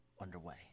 underway